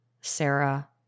Sarah